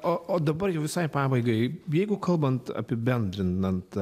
o o dabar jau visai pabaigai bėgu kalbant apibendrinant